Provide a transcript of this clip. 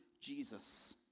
Jesus